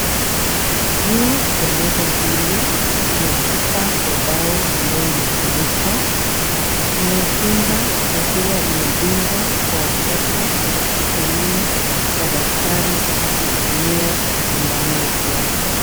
Juu ya meza hili kuna chupa ya dawa ambayo imefunikwa. Ni ya kinga na huwa inadungwa kwa watoto hospitalini na daktari akitumia sindano yake.